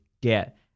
get